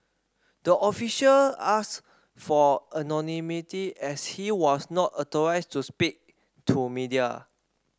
the official ask for anonymity as she was not authorised to speak to media